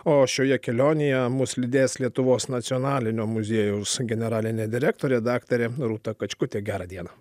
o šioje kelionėje mus lydės lietuvos nacionalinio muziejaus generalinė direktorė daktarė rūta kačkutė gerą dieną